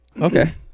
Okay